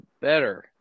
better